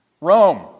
Rome